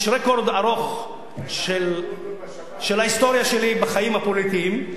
יש רקורד ארוך של ההיסטוריה שלי בחיים הפוליטיים.